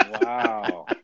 Wow